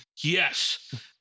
Yes